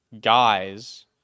guys